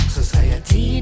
Society